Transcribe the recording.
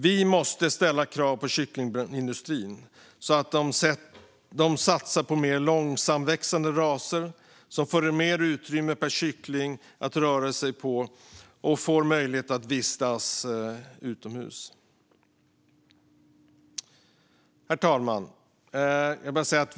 Vi måste ställa krav på kycklingindustrin, så att de satsar på mer långsamväxande raser och att varje kyckling får mer utrymme att röra sig på och att kycklingarna får möjlighet att vistas utomhus. Herr talman!